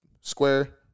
square